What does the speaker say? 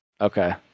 Okay